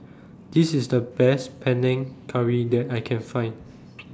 This IS The Best Panang Curry that I Can Find